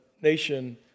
nation